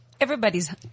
Everybody's